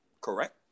correct